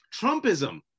Trumpism